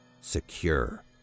Secure